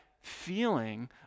feeling